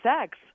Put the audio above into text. sex